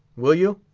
will you?